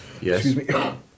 Yes